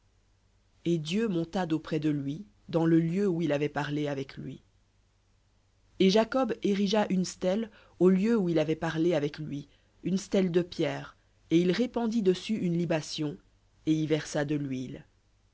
et dieu monta d'auprès de lui dans le lieu où il avait parlé avec lui et jacob érigea une stèle au lieu où il avait parlé avec lui une stèle de pierre et il répandit dessus une libation et y versa de l'huile